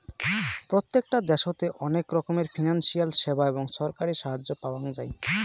প্রত্যেকটা দ্যাশোতে অনেক রকমের ফিনান্সিয়াল সেবা এবং ছরকারি সাহায্য পাওয়াঙ যাই